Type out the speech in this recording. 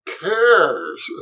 cares